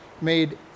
made